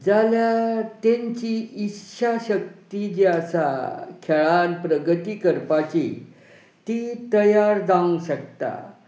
जाल्यार तांची इत्शा शक्ती जी आसा खेळान प्रगती करपाची ती तयार जावंक शकता